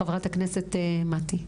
חברת הכנסת מטי.